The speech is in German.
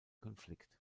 konflikt